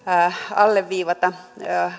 alleviivata sitä että